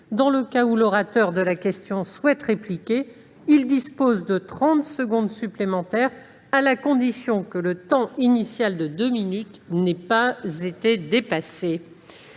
Dans le cas où l'auteur de la question souhaite répliquer, il dispose de trente secondes supplémentaires, à la condition que le temps initial de deux minutes n'ait pas été dépassé.